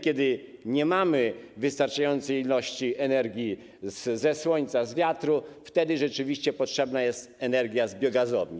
Kiedy nie mamy wystarczającej ilości energii ze słońca, z wiatru, wtedy rzeczywiście potrzebna jest energia z biogazowni.